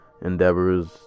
endeavors